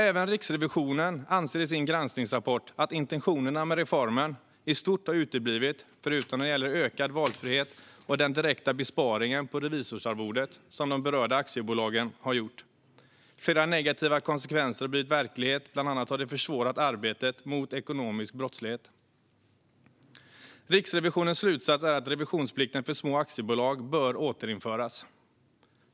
Även Riksrevisionen anser i sin granskningsrapport att intentionerna med reformen i stort har uteblivit förutom när det gäller ökad valfrihet och den direkta besparing på revisorsarvodet som de berörda aktiebolagen gjort. Flera negativa konsekvenser har blivit verklighet; bland annat har reformen försvårat arbetet mot ekonomisk brottslighet. Riksrevisionens slutsats är att revisionsplikten för små aktiebolag bör återinföras.